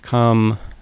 come